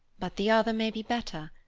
but the other may be better,